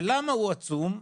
ולמה הוא עצום?